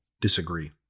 disagree